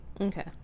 Okay